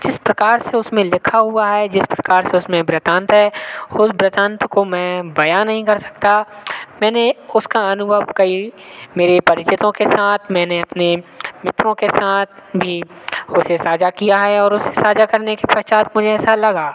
जिस प्रकार से उसमें लिखा हुआ है जिस प्रकार से उसमें वृतांत है उस वृतांत को मैं बयां नहीं कर सकता मैंने उसका अनुभव कई मेरे परिचितों के साथ मैंने अपने मित्रों के साथ भी उसे साझा किया है और उसे साझा करने के पश्चात मुझे ऐसा लगा